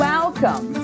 Welcome